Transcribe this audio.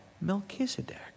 Melchizedek